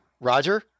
Roger